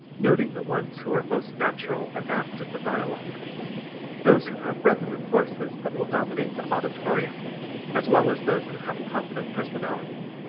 noting the ones who are most natural and apt at the dialogue those who have resonant voices that will dominate the auditorium as well as those who have positive personalities.